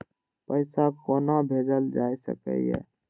पैसा कोना भैजल जाय सके ये